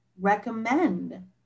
recommend